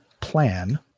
plan